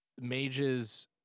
Mages